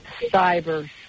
Cyber